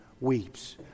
weeps